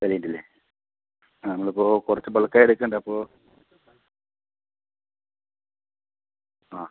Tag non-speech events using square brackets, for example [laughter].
[unintelligible] നമ്മളിപ്പോൾ കുറച്ച് ബൾക്കായിട്ട് എടുക്കുന്നുണ്ട് അപ്പോൾ ആ